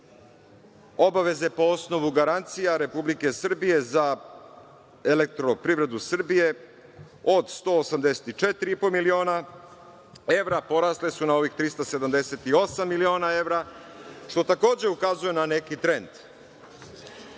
obaveze po osnovu garancija Republike Srbije za EPS od 184,5 miliona evra porasle su na ovih 378 miliona evra, što takođe ukazuje na neki trend. Vrlo